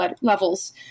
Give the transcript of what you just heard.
levels